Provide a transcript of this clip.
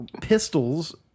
pistols